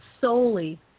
solely